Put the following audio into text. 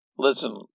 Listen